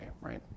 right